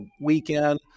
weekend